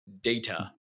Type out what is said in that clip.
data